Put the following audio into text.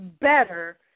better